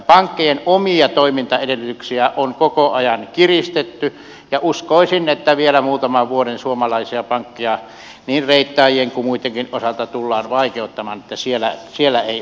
pankkien omia toimintaedellytyksiä on koko ajan kiristetty ja uskoisin että vielä muutaman vuoden suomalaisten pankkien toimintaedellytyksiä niin reittaajien kuin muittenkin osalta tullaan vaikeuttamaan